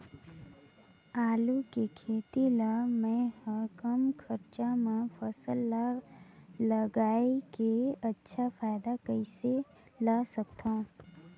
आलू के खेती ला मै ह कम खरचा मा फसल ला लगई के अच्छा फायदा कइसे ला सकथव?